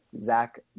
Zach